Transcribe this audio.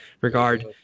regard